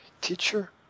Teacher